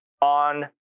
on